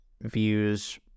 views